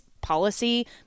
policy